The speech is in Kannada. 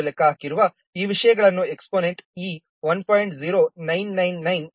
0 ಎಂದು ಲೆಕ್ಕ ಹಾಕಿರುವ ಈ ವಿಷಯಗಳನ್ನು ಎಕ್ಸ್ಪೋನೆಂಟ್ E 1